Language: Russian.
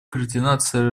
координация